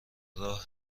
راه